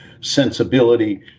sensibility